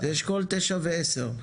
אשכול תשע ועשר.